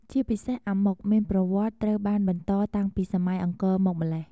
ជាពិសេសអាម៉ុកមានប្រវត្តិត្រូវបានបន្តតាំងពីសម័យអង្គរមកម៉្លេះ។